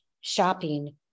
shopping